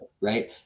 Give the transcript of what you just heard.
right